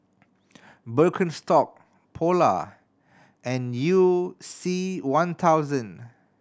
Birkenstock Polar and You C One thousand